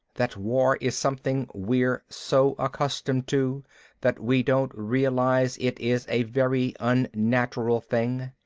that war is something we're so accustomed to that we don't realize it is a very unnatural thing.